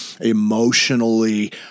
emotionally